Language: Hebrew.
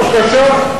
או רק על שם סופו?